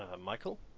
Michael